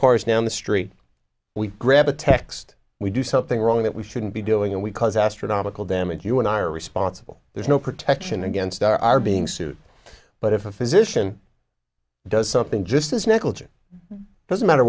cars down the street we grab a text we do something wrong that we shouldn't be doing and we cause astronomical damage you and i are responsible there's no protection against our our being sued but if a physician does something just as negligent doesn't matter